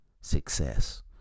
success